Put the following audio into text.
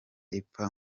ipfa